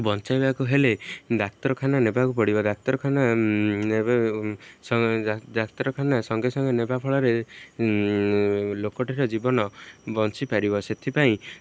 ବଞ୍ଚାଇବାକୁ ହେଲେ ଡ଼ାକ୍ତରଖାନା ନେବାକୁ ପଡ଼ିବ ଡ଼ାକ୍ତରଖାନା ଡ଼ାକ୍ତରଖାନା ସାଙ୍ଗେ ସାଙ୍ଗେ ନେବା ଫଳରେ ଲୋକଟାର ଜୀବନ ବଞ୍ଚିପାରିବ ସେଥିପାଇଁ